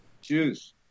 juice